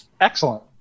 Excellent